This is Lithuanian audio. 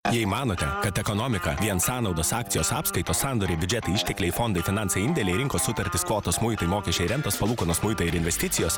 jei manote kad ekonomika vien sąnaudos akcijos apskaitos sandoriai biudžetai ištekliai fondai finansai indėliai rinkos sutartys kvotos muitai mokesčiai rinkos palūkanos muitai ir investicijos